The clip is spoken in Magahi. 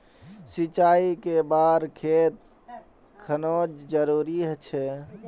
सिंचाई कै बार खेत खानोक जरुरी छै?